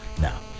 now